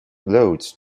loads